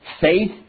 faith